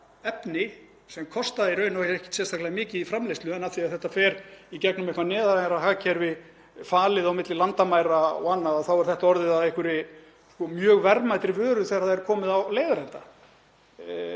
efni sem kosta í raun ekkert sérstaklega mikið í framleiðslu. En af því að þetta fer í gegnum eitthvert neðanjarðarhagkerfi, er falið á milli landamæra og annað, þá er þetta orðið að mjög verðmætri vöru þegar það er komið á leiðarenda.